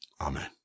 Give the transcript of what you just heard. Amen